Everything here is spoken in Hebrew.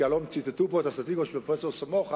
כי הלוא ציטטו כאן את הסטטיסטיקות של פרופסור סמוחה,